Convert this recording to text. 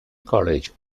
college